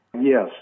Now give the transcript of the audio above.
Yes